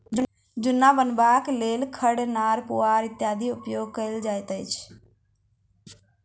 जुन्ना बनयबाक लेल खढ़, नार, पुआर इत्यादिक उपयोग कयल जाइत अछि